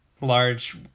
large